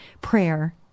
prayer